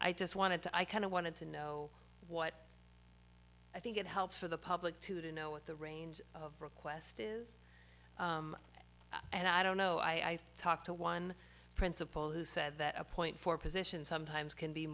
i just wanted to i kind of wanted to know what i think it helps for the public to to know what the range of request is and i don't know i talked to one principal who said that appoint for positions sometimes can be